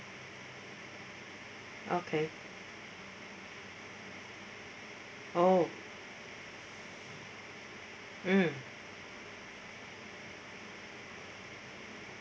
okay oh mm